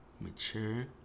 mature